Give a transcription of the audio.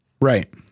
right